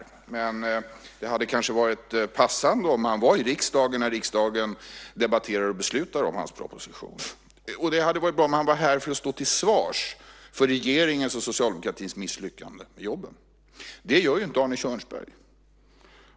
Men det hade kanske varit passande om han var i riksdagen när riksdagen debatterar och beslutar om hans proposition. Det hade varit bra om han var här för att stå till svars för regeringens och Socialdemokraternas misslyckande med jobben. Det gör inte Arne Kjörnsberg.